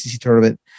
tournament